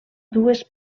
dues